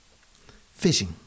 Fishing